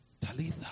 Talitha